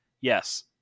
Yes